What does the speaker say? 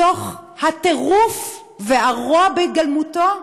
מתוך הטירוף והרוע בהתגלמותו,